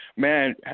Man